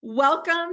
Welcome